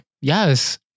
Yes